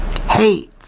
Hey